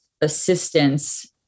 assistance